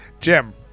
Jim